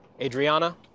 Adriana